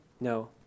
no